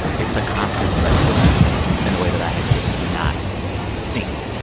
it's a constant threat for them in a way that i had just not seen.